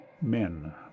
men